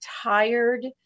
tired